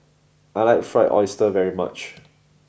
I like Fried Oyster very much